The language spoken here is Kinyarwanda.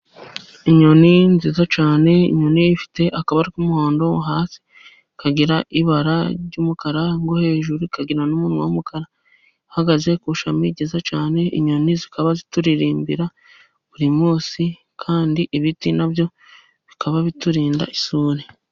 Inyoni nziza cyane, inyoni ifite akabara k'umuhondo hasi, ikagira ibara ry'umukara mo hejuru, ikagira n'umunwa w'umukara, ihagaze ku ishami ryiza cyane, inyoni zikaba zituririmbira buri munsi, kandi ibiti na byo bikaba biturinda isuri.